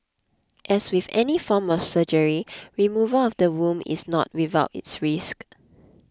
as with any form of surgery removal of the womb is not without its risk